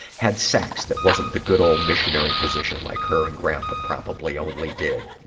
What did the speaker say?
had sex that wasn't the good, old missionary position like her and grandpa probably only did.